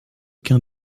qu’un